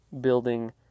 building